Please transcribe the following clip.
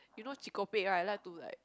you know what's Chee-Ko-Pek right like to like